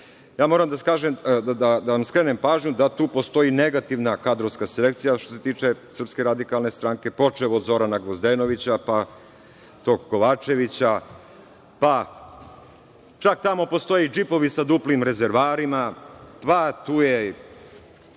itd. Moram da vam skrenem pažnju, da tu postoji negativna kadrovska selekcija što se tiče SRS, počev od Zorana Gvozdenovića, pa tog Kovačevića, pa čak tamo postoje i džipovi sa duplim rezervoarima, tu je